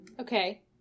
Okay